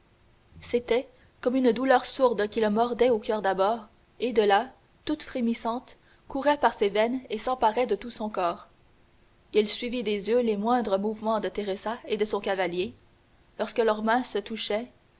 c'était comme une douleur sourde qui le mordait au coeur d'abord et de là toute frémissante courait par ses veines et s'emparait de tout son corps il suivit des yeux les moindres mouvements de teresa et de son cavalier lorsque leurs mains se touchaient